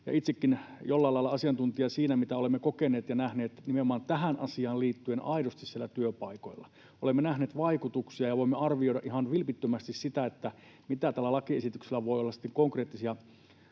olen — jollain lailla asiantuntijoita siinä, mitä olemme kokeneet ja nähneet nimenomaan tähän asiaan liittyen aidosti siellä työpaikoilla. Olemme nähneet vaikutuksia ja voimme arvioida ihan vilpittömästi sitä, mitä konkreettisia